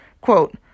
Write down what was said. Quote